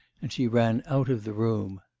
and she ran out of the room.